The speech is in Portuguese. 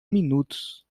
minutos